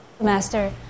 Master